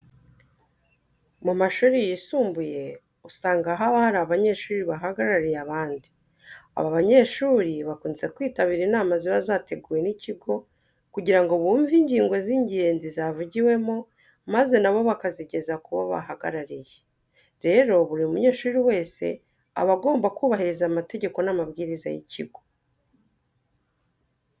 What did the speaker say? Mu mashuri yisumbuye usanga haba hari abanyeshuri bahagarariye abandi, aba banyeshuri bakunze kwitabira inama ziba zateguwe n'ikigo kugira ngo bumve ingingo z'ingenzi zavugiwemo maze na bo bakazigeza ku bo bahagarariye. Rero buri munyeshuri wese aba agomba kubahiriza amategeko n'amabwiriza y'ikigo.